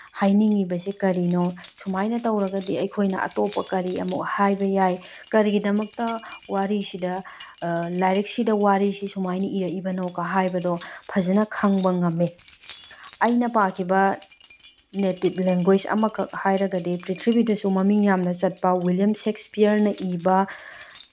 ꯍꯥꯏꯅꯤꯡꯉꯤꯕꯁꯦ ꯀꯔꯤꯅꯣ ꯁꯨꯃꯥꯏꯅ ꯇꯧꯔꯒꯗꯤ ꯑꯩꯈꯣꯏꯅ ꯑꯇꯣꯞꯄ ꯀꯔꯤ ꯑꯃꯨꯛ ꯍꯥꯏꯕ ꯌꯥꯏ ꯀꯔꯤꯒꯤꯗꯃꯛꯇ ꯋꯥꯔꯤꯁꯤꯗ ꯂꯥꯏꯔꯤꯛꯁꯤꯗ ꯋꯥꯔꯤꯁꯤ ꯁꯨꯃꯥꯏꯅ ꯏꯔꯛꯏꯕꯅꯣꯒ ꯍꯥꯏꯕꯗꯣ ꯐꯖꯅ ꯈꯪꯕ ꯉꯝꯃꯤ ꯑꯩꯅ ꯄꯥꯈꯤꯕ ꯅꯦꯇꯤꯞ ꯂꯦꯡꯒ꯭ꯋꯦꯁ ꯑꯃꯈꯛ ꯍꯥꯏꯔꯒꯗꯤ ꯄ꯭ꯔꯤꯊꯤꯕꯤꯗꯁꯨ ꯃꯃꯤꯡ ꯌꯥꯝꯅ ꯆꯠꯄ ꯋꯤꯂꯤꯌꯝ ꯁꯦꯛꯁꯄꯤꯌꯥꯔꯅ ꯏꯕ